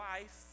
life